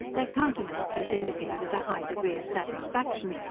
their countenances indicated a high degree of satisfaction,